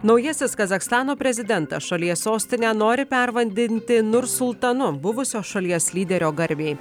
naujasis kazachstano prezidentas šalies sostinę nori pervadinti nursultanu buvusio šalies lyderio garbei